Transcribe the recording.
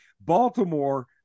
Baltimore